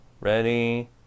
ready